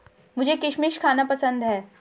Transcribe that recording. मुझें किशमिश खाना पसंद है